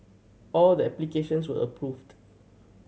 all the applications were approved